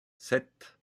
sept